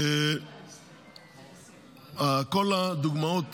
בכל הדוגמאות